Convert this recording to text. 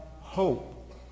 hope